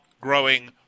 growing